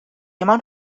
amount